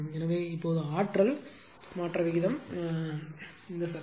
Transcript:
எனவே இப்போது ஆற்றல் மாற்ற விகிதம் சக்தி